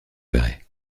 verrez